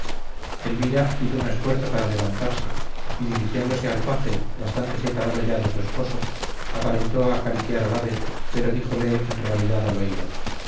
elvira hizo un esfuerzo para levantarse y dirigiéndose al paje bastante separado ya de su esposo aparentó acariciar al ave pero díjole en realidad al oído